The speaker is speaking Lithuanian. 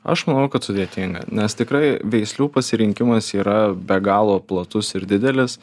aš manau kad sudėtinga nes tikrai veislių pasirinkimas yra be galo platus ir didelis